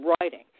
writing